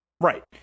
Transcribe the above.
right